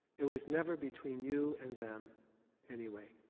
it was never between you and them anyway.